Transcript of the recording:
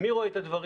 מי רואה את הדברים,